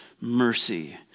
mercy